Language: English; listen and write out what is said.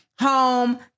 home